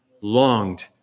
longed